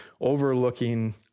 overlooking